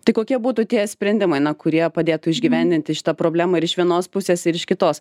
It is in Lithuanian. tai kokie būtų tie sprendimai kurie padėtų išgyvendinti šitą problemą ir iš vienos pusės ir iš kitos